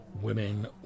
women